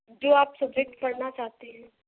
जी आप सब्जेक्ट पढ़ना चाहते हैं